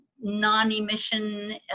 non-emission